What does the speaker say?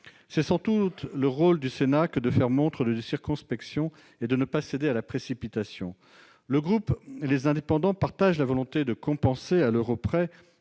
C'est sans doute le rôle du Sénat que de faire montre de circonspection et de ne pas céder à la précipitation. Le groupe Les Indépendants partage la volonté de compenser à l'euro près